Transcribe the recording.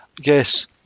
Yes